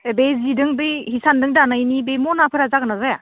बे जिदों बै हिसानदों दानायनि बे मनाफोरा जागोन ना जाया